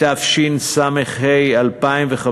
התשס"ה 2005,